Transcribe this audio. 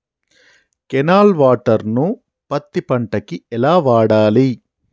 Canal water ను పత్తి పంట కి ఎలా వాడాలి?